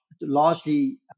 largely